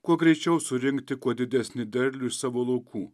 kuo greičiau surinkti kuo didesnį derlių iš savo laukų